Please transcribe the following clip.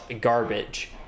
garbage